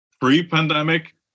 pre-pandemic